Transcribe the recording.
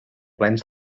plens